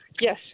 Yes